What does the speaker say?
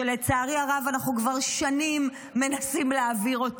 שלצערי הרב אנחנו כבר שנים מנסים להעביר,